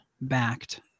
backed